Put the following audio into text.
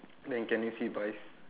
then can you see pies